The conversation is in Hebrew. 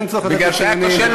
אין צורך לתת לי ציונים,